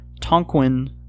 tonquin